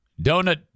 Donut